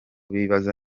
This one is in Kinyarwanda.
bibaza